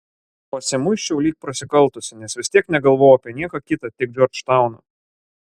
pasimuisčiau lyg prasikaltusi nes vis tiek negalvojau apie nieką kitą tik džordžtauną